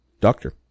Doctor